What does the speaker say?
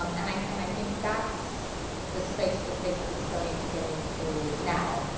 um and i and i think that's the space that facebook is starting to get into now.